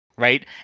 Right